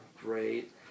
great